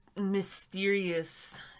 mysterious